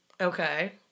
Okay